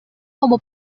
como